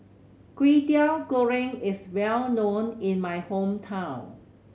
Kwetiau Goreng is well known in my hometown